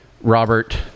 Robert